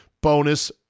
bonus